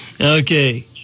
Okay